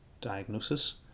diagnosis